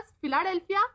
Philadelphia